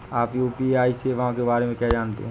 आप यू.पी.आई सेवाओं के बारे में क्या जानते हैं?